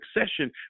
succession